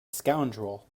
scoundrel